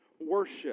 worship